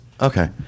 Okay